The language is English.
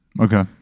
Okay